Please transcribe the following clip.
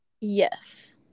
Yes